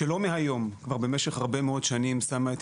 שלא מהיום כבר במשך הרבה מאוד שנים שמה את